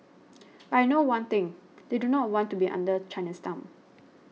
but I know one thing they do not want to be under China's thumb